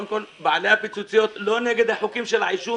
קודם כל, בעלי הפיצוציות לא נגד החוקים של העישון.